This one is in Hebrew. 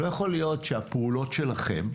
לא יכול להיות שהפעולות שלכם,